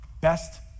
Best